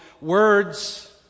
words